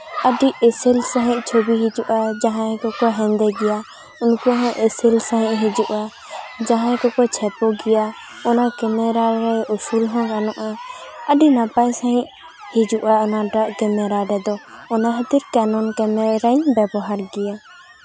ᱟᱹᱰᱤ ᱮᱥᱮᱞ ᱥᱟᱺᱦᱤᱡ ᱪᱷᱚᱵᱤ ᱦᱤᱡᱩᱜᱼᱟ ᱡᱟᱦᱟᱸ ᱠᱚᱠᱚ ᱦᱮᱸᱫᱮ ᱜᱮᱭᱟ ᱩᱱᱠᱩ ᱦᱚᱸ ᱮᱥᱮᱞ ᱥᱟᱺᱦᱤᱡ ᱦᱤᱡᱩᱜᱼᱟ ᱡᱟᱦᱟᱸᱭ ᱠᱚᱠᱚ ᱪᱷᱮᱯᱚ ᱜᱮᱭᱟ ᱚᱱᱟ ᱠᱮᱢᱮᱨᱟ ᱨᱮ ᱩᱥᱩᱞ ᱦᱚᱸ ᱜᱟᱱᱚᱜᱼᱟ ᱟᱹᱰᱤ ᱱᱟᱯᱟᱭ ᱥᱟᱺᱦᱤᱡ ᱦᱤᱡᱩᱜᱼᱟ ᱚᱱᱟᱴᱟᱜ ᱠᱮᱢᱮᱨᱟ ᱨᱮᱫᱚ ᱚᱱᱟ ᱠᱷᱟᱹᱛᱤᱨ ᱠᱮᱱᱚᱱ ᱠᱮᱢᱮᱨᱟᱧ ᱵᱮᱵᱚᱦᱟᱨ ᱜᱮᱭᱟ